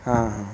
ହଁ ହଁ